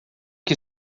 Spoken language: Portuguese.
que